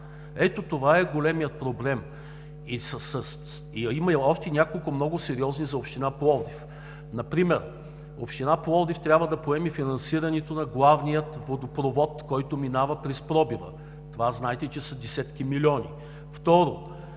Ето това е големият проблем. Има и още няколко, които са много сериозни за община Пловдив. Например Община Пловдив трябва да поеме финансирането на главния водопровод, който минава през пробива. Знаете, че това са десетки милиони.